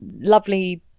Lovely